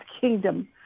kingdom